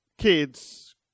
kids